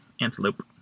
antelope